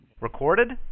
Recorded